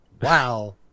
Wow